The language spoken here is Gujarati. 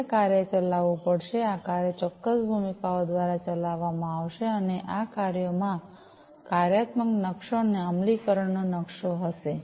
હવે આ કાર્ય ચલાવવું પડશે આ કાર્ય ચોક્કસ ભૂમિકાઓ દ્વારા ચલાવવામાં આવશે અને આ કાર્યોમાં કાર્યાત્મક નકશો અને અમલીકરણનો નકશો હશે